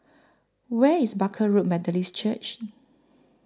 Where IS Barker Road Methodist Church